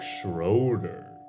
Schroeder